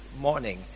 morning